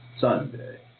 Sunday